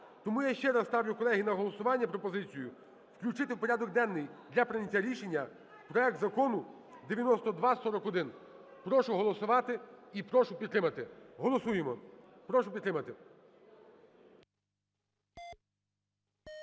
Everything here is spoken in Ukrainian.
Тому я ще раз ставлю, колеги, на голосування пропозицію, включити в порядок денний для прийняття рішення проект Закону 9241. Прошу голосувати і прошу підтримати, голосуємо, прошу підтримати.